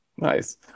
Nice